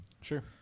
Sure